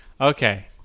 Okay